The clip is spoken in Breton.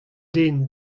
den